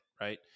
right